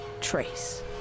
trace